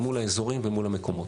אל מול האזורים ומול המקומות.